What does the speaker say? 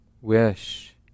wish